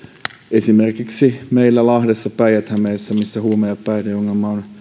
esimerkiksi meillä lahdessa päijät hämeessä missä huume ja päihdeongelma on